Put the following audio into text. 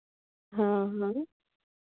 हाँ हाँ